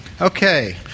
Okay